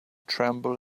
tremble